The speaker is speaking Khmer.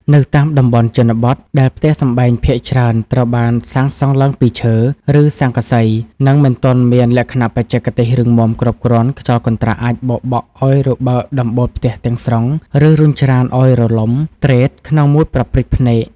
នៅតាមតំបន់ជនបទ ដែលផ្ទះសម្បែងភាគច្រើនត្រូវបានសាងសង់ឡើងពីឈើ ឬស័ង្កសី និងមិនទាន់មានលក្ខណៈបច្ចេកទេសរឹងមាំគ្រប់គ្រាន់ ខ្យល់កន្ត្រាក់អាចបោកបក់ឱ្យរបើកដំបូលផ្ទះទាំងស្រុង ឬរុញច្រានឱ្យរលំទ្រេតក្នុងមួយប៉ព្រិចភ្នែក។